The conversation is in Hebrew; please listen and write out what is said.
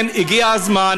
מה קרה בוואדי-עארה?